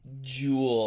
jewel